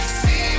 see